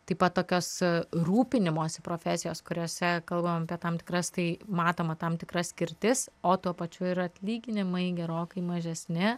taip pat tokios rūpinimosi profesijos kuriose kalbam apie tam tikras tai matoma tam tikra skirtis o tuo pačiu ir atlyginimai gerokai mažesni